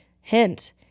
Hint